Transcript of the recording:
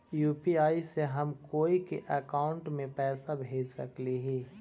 UPI से हम कोई के अकाउंट में पैसा भेज सकली ही?